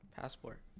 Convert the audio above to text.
passport